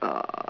uh